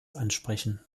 ansprechen